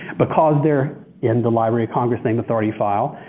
because they're in the library of congress name authority file,